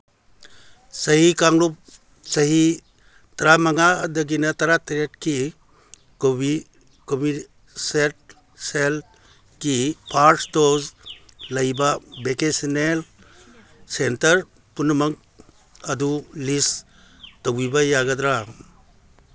ꯆꯍꯤ ꯀꯥꯡꯂꯨꯞ ꯆꯍꯤ ꯇꯔꯥꯃꯉꯥꯗꯒꯤꯅ ꯇꯔꯥꯇꯔꯦꯠꯀꯤ ꯀꯣꯕꯤꯁꯦꯠ ꯁꯦꯜꯒꯤ ꯐꯥꯔꯁ ꯗꯣꯁ ꯂꯩꯕ ꯚꯦꯀꯦꯁꯅꯦꯜ ꯁꯦꯟꯇꯔ ꯄꯨꯝꯅꯃꯛ ꯑꯗꯨ ꯂꯤꯁ ꯇꯧꯕꯤꯕ ꯌꯥꯒꯗ꯭ꯔꯥ